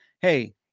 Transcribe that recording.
Hey